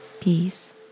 Peace